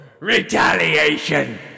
Retaliation